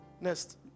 next